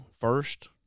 first